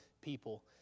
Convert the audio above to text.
people